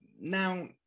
Now